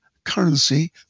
currency